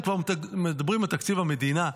אם כבר מדברים על תקציב המדינה,